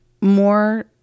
more